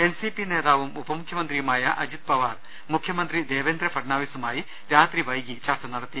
N C P നേതാവും ഉപമുഖ്യമന്ത്രിയുമായ അജിത് പവാർ മുഖ്യമന്ത്രി ദേവേന്ദ്ര ഫഡ്നാവിസുമായി രാത്രി വൈകി ചർച്ചനടത്തി